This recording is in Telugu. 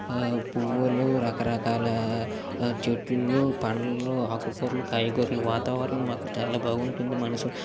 పువ్వులు రకరకాల చెట్లు పండ్లు ఆకుకూరలు కాయకూరలు వాతావరణం అక్కడ చాలా బాగుంటుంది మనసు